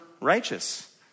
righteous